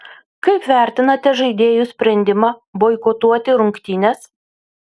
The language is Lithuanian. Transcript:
kaip vertinate žaidėjų sprendimą boikotuoti rungtynes